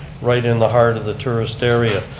right in the heart of the tourist area.